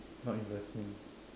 not investment